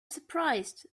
surprised